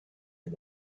had